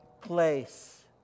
place